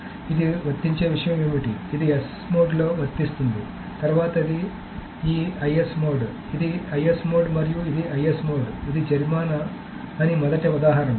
కాబట్టి ఇది వర్తించే విషయం ఏమిటి ఇది S మోడ్లో వర్తిస్తుంది తర్వాత ఈ IS మోడ్ ఇది IS మోడ్ మరియు ఇది IS మోడ్ ఇది జరిమానా అని మొదటి ఉదాహరణ